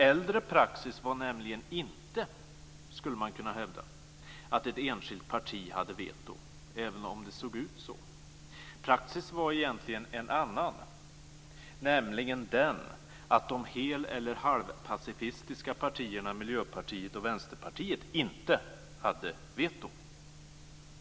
Äldre praxis var nämligen inte, skulle man kunna hävda, att ett enskilt parti hade veto även om det såg ut så. Praxis var egentligen en annan, nämligen att de heleller halvpacifistiska partierna Miljöpartiet och Vänsterpartiet inte hade veto.